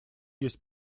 есть